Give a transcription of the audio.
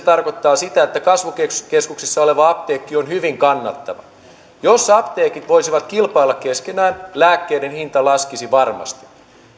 tarkoittaa sitä että kasvukeskuksissa oleva apteekki on hyvin kannattava jos apteekit voisivat kilpailla keskenään lääkkeiden hinta laskisi varmasti